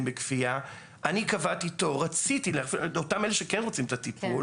בכפייה שהם קבעו תור אותם אלה שכן רוצים את הטיפול